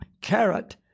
carrot